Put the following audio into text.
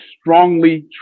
strongly